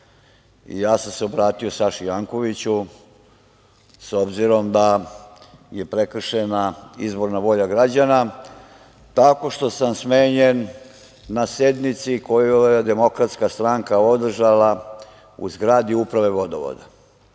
ja sam se obratio Saši Jankoviću, s obzirom da je prekršena izborna volja građana, tako što sam smenjen na sednici koju je DS održala u zgradi Uprave vodovoda. Dakle,